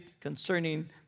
concerning